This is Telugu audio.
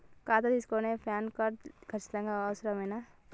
ఖాతా తీయడానికి ప్యాన్ కార్డు ఖచ్చితంగా అవసరమా?